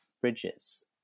bridges